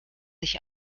ich